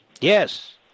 Yes